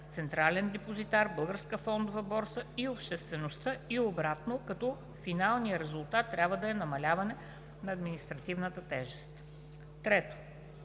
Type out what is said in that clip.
Централния депозитар, Българската фондова борса и обществеността и обратно, като финалният резултат трябва да е намаляване на административната тежест. 3.